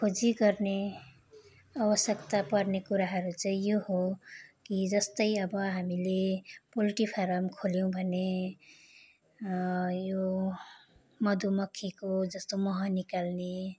खोजी गर्ने आवश्यकता पर्ने कुराहरू चाहिँ यो हो कि जस्तै अब हामीले पोल्ट्री फार्म खोल्यौँ भने यो मधुमक्खीको जस्तो मह निकाल्ने